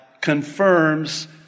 confirms